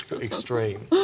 extreme